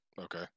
okay